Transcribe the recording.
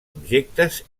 objectes